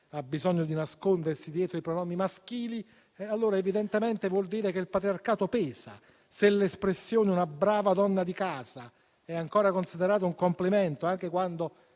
ha bisogno di nascondersi dietro i pronomi maschili, allora evidentemente vuol dire che il patriarcato pesa. Se l'espressione "una brava donna di casa" è ancora considerata un complimento, anche quando